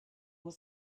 were